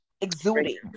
exuding